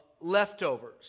leftovers